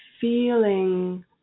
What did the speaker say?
feeling